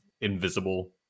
invisible